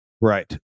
Right